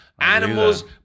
animals